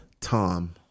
Tom